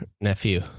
nephew